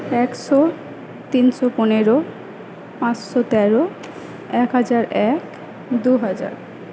একশো তিনশো পনেরো পাঁচশো তেরো একহাজার এক দুহাজার